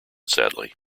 sadly